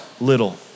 little